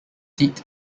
seat